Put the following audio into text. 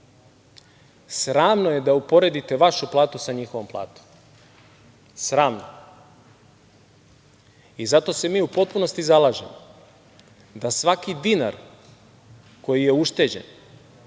Sramno je da uporedite vašu platu sa njihovom platom. Sramno! Zato se mi u potpunosti zalažemo da se svaki dinar koji je ušteđen